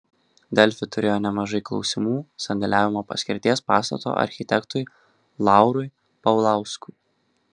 delfi turėjo nemažai klausimų sandėliavimo paskirties pastato architektui laurui paulauskui